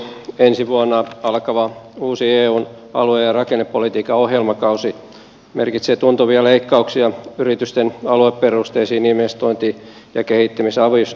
ensi vuonna alkava uusi eun alue ja rakennepolitiikan ohjelmakausi merkitsee tuntuvia leikkauksia yritysten alueperusteisiin investointi ja kehittämisavustuksiin